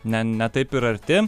ne ne taip ir arti